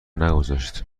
نگذاشت